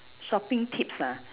shopping tips ah